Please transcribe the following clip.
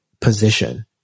position